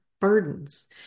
burdens